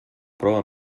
prova